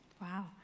Wow